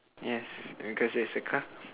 yes cause there's a car